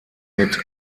mit